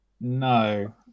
No